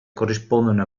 corrispondono